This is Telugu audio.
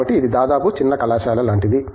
కాబట్టి ఇది దాదాపు చిన్న కళాశాల లాంటిది